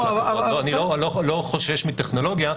אני לא חושש מטכנולוגיה,